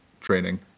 training